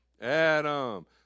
Adam